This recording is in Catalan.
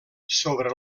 sobre